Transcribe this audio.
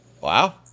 Wow